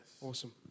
awesome